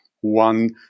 one